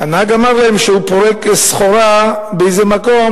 והנהג אמר להם שהוא פורק סחורה באיזה מקום